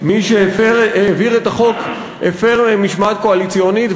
מי שהעביר את החוק הפר משמעת קואליציונית.